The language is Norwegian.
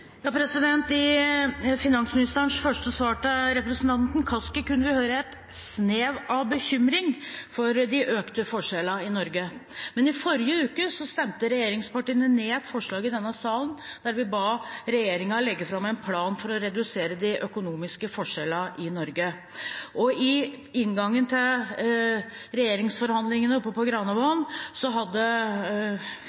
Kaski kunne vi høre et snev av bekymring for de økte forskjellene i Norge, men i forrige uke stemte regjeringspartiene ned et forslag i denne salen, der vi ba regjeringen legge fram en plan for å redusere de økonomiske forskjellene i Norge. I inngangen til regjeringsforhandlingene oppe på